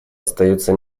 остаются